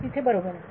तर तिथे बरोबर